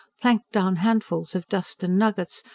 planked down handfuls of dust and nuggets,